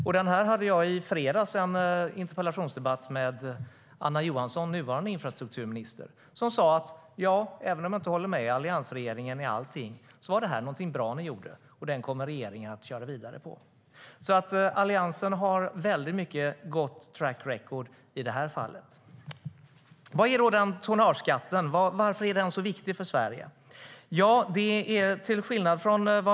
I fredags hade jag en interpellationsdebatt med nuvarande infrastrukturminister Anna Johansson som sa: Även om jag inte håller med alliansregeringen i allt gjorde ni detta bra. Regeringen kommer att köra vidare på det. Alliansen har alltså ett gott track record i detta fall. Varför är tonnageskatten så viktig för Sverige?